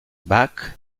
bach